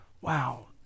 wow